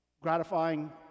gratifying